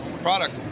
product